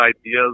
ideas